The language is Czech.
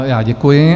Já děkuji.